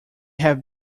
have